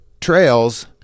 trails